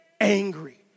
angry